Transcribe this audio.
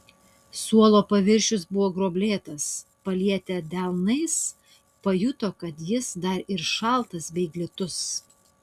suolo paviršius buvo gruoblėtas palietę delnais pajuto kad jis dar ir šaltas bei glitus